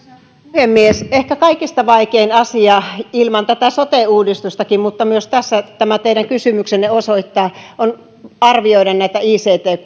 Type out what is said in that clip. puhemies ehkä kaikista vaikein asia ilman tätä sote uudistustakin mutta myös tässä tämä teidän kysymyksenne osoittaa sen on arvioida näitä ict